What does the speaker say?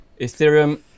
Ethereum